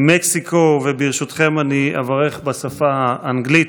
ברשותכם, אברך בשפה האנגלית.